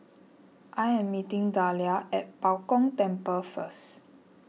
I am meeting Dahlia at Bao Gong Temple first